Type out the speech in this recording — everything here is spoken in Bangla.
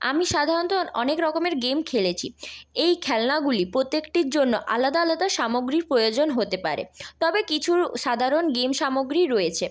আমি সাধারণত অনেক রকমের গেম খেলেছি এই খেলনাগুলি প্রত্যেকটির জন্য আলাদা আলাদা সামগ্রীর প্রয়োজন হতে পারে তবে কিছু সাধারণ গেম সামগ্রী রয়েছে